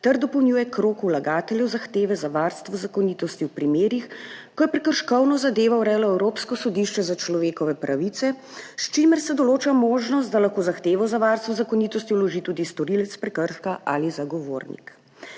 ter dopolnjuje krog vlagateljev zahteve za varstvo zakonitosti v primerih, ko je prekrškovno zadevo urejalo Evropsko sodišče za človekove pravice, s čimer se določa možnost, da lahko zahtevo za varstvo zakonitosti vloži tudi storilec prekrška ali zagovornik.